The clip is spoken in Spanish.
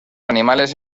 animales